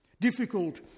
Difficult